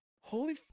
Holy